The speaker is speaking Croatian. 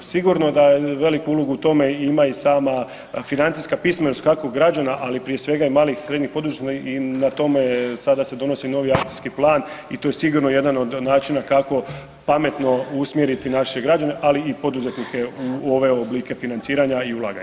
Sigurno da veliku ulogu u tome ima i sama financijska pismenost, kako građana, ali prije svega i malih i srednjih .../nerazumljivo/... i na tome sada se donosi novi akcijski plan i tu je sigurno jedan od načina kako pametno usmjeriti naše građane, ali i poduzetnike u ove oblike financiranja i ulaganja.